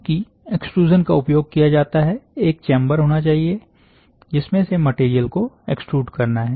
चूंकि एक्सट्रूज़न का उपयोग किया जाता है एक चेंबर होना चाहिए जिसमें से मटेरियल को एक्सट्रूड करना है